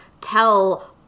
tell